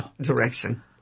direction